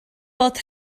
bod